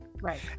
Right